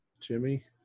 Jimmy